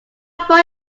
far